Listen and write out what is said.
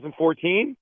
2014